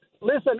listen